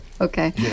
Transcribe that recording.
okay